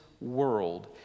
world